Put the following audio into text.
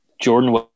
Jordan